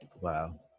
Wow